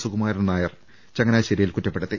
സുകുമാരൻ നായർ ചങ്ങനാശേരിയിൽ കുറ്റപ്പെടുത്തി